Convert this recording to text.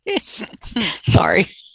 sorry